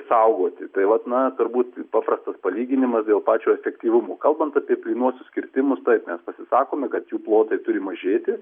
saugoti tai vat na turbūt paprastas palyginimas dėl pačio efektyvumo kalbant apie plynuosius kirtimus taip mes pasisakome kad jų plotai turi mažėti